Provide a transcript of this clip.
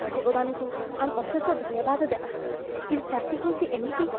ଭଗବାନଙ୍କୁ ଆମେ ଅଶେଷ ଧନ୍ୟବାଦ ଦେବା ଏ ଚାଷୀ ହେଉଛି ଏମିତି